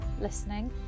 listening